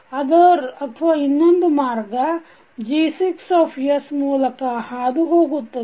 Other ಇನ್ನೊಂದು ಮಾರ್ಗ G6 ಮೂಲಕ ಹಾದು ಹೋಗುತ್ತದೆ